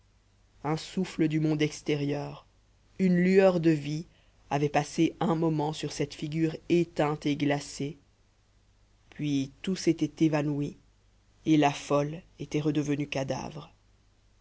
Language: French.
un souffle du monde extérieur une lueur de vie avait passé un moment sur cette figure éteinte et glacée puis tout s'était évanoui et la folle était redevenue cadavre